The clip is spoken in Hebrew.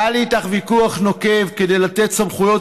היה לי איתך ויכוח נוקב אם לתת סמכויות